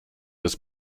des